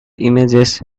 images